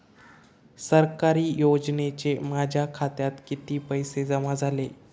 सरकारी योजनेचे माझ्या खात्यात किती पैसे जमा झाले?